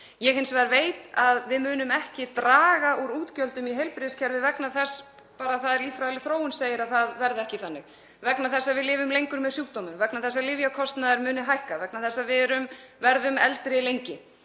hins vegar að við munum ekki draga úr útgjöldum í heilbrigðiskerfið vegna þess að lýðfræðileg þróun segir að það verði ekki þannig, vegna þess að við lifum lengur með sjúkdómum, vegna þess að lyfjakostnaður mun hækka, vegna þess að við erum eldri lengur.